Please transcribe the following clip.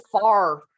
far